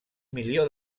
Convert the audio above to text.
milió